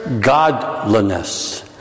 godliness